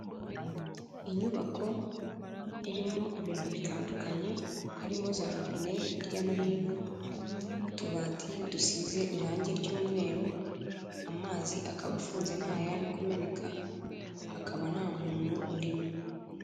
Inyubako irimo ibintu bitandukanye, harimo za robine hirya no hino, utubati dusize irangi ry'umweru, amazi akaba afunze ntayari kumeneka, akaba nta muntu urimo.